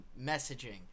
messaging